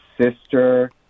sister